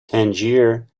tangier